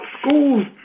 schools